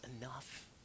enough